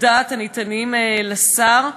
הדעת הניתנים לשר.